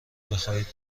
بخواهید